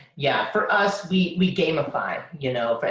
yeah for us, we we gamify you know,